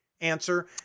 answer